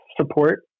support